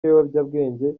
ibiyobyabwenge